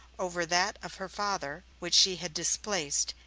over that of her father, which she had displaced,